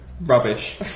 Rubbish